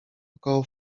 około